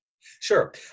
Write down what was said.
Sure